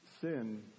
Sin